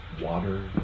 water